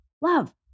Love